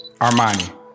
armani